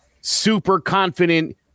super-confident